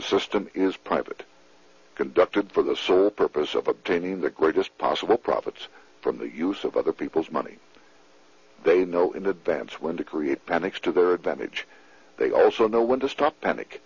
system is private conducted for the sole purpose of obtaining the greatest possible profits from the use of other people's money they know in the vamps when to create panics to their advantage they also know when to stop panic